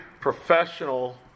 professional